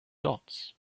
dots